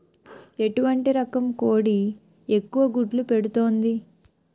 ఎటువంటి రకం కోడి ఎక్కువ గుడ్లు పెడుతోంది?